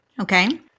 Okay